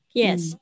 ，yes，